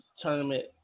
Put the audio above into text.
tournament